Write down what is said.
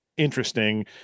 interesting